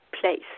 place